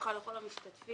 וברכה לכל המשתתפים.